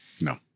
No